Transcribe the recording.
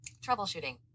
Troubleshooting